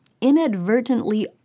inadvertently